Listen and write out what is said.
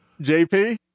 JP